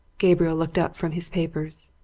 gabriel looked up from his papers.